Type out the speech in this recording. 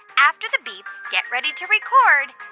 after the beep, get ready to record